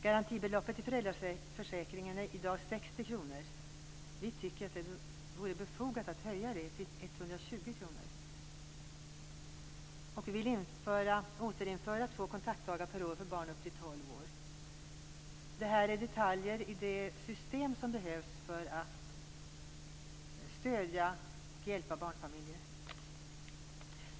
Garantibeloppet i föräldraförsäkringen är i dag 60 kr. Vi tycker att det vore befogat att höja det till 120 kr. Vi vill också återinföra två kontaktdagar per år för barn upp till 12 år. Det här är detaljer i det system som behövs för att stödja och hjälpa barnfamiljer.